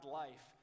life